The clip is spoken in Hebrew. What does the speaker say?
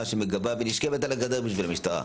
שמגבה ונשכבת על הגדר בשביל המשטרה,